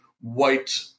white